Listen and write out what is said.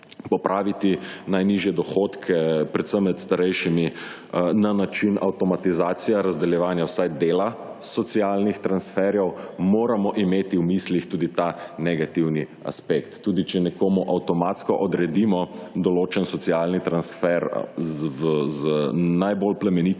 popraviti najnižje dohodke, predvsem med starejšimi, na način avtomatizacije razdeljevanja vsaj dela socialnih transferjev, moramo imeti v mislih tudi ta negativni aspekt, tudi če nekomu avtomatsko odredimo določen socialni transfer z najbolj plemenitimi